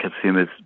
consumers